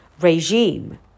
regime